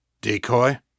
Decoy